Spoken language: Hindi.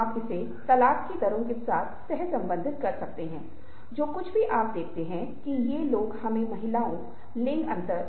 इसलिए आपके द्वारा पहले साझा की गई चीजों में से एक ऐसी चीज है जिसे आप वास्तव में यहां अनुभव कर सकते हैं